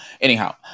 Anyhow